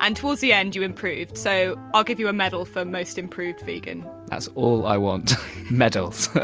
and towards the end you improved, so i'll give you a medal for most improved vegan. that's all i want medals.